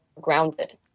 grounded